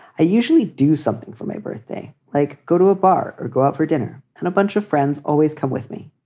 i usually do something for my birthday. like go to a bar or go out for dinner. and a bunch of friends always come with me.